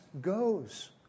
goes